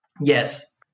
Yes